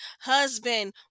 husband